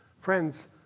Friends